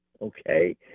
Okay